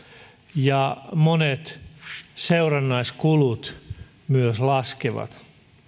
ja monet seurannaiskulut myös laskevat